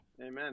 amen